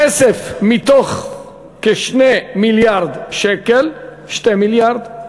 הכסף, מתוך כ-2 מיליארד שקל, 2 מיליארד,